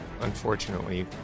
unfortunately